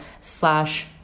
slash